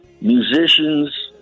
musicians